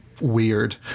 weird